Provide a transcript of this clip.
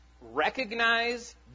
recognize